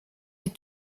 est